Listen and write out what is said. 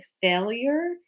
failure